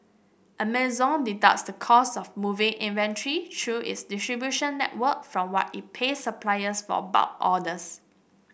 Amazon deducts the cost of moving inventory through its distribution network from what it pays suppliers for bulk orders